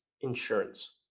insurance